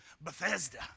Bethesda